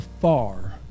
far